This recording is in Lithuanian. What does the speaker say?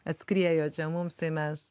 atskriejo čia mums tai mes